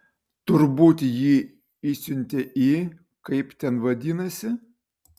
turbūt jį išsiuntė į kaip ten vadinasi